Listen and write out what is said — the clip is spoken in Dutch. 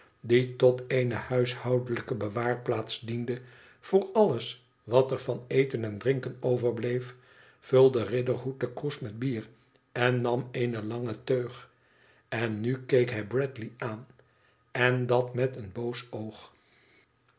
die tot eene huishoudelijke bewaarplaatsdiende voor alles wat er van eten en drinken overbleef vulde riderhood den kroes met bier en nam eene lange teug n nu keek hij bradley aan en dat met een boos oog